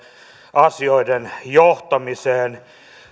asioiden johtamiseen